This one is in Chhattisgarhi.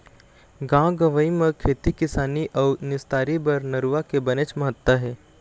गाँव गंवई म खेती किसानी अउ निस्तारी बर नरूवा के बनेच महत्ता हे